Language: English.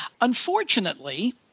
unfortunately